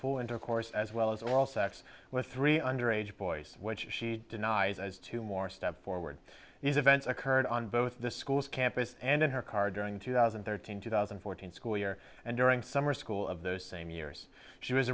for intercourse as well as all sex with three underage boys which she denies as two more steps forward these events occurred on both the school's campus and in her car during two thousand and thirteen two thousand and fourteen school year and during summer school of those same years she was